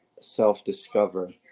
self-discover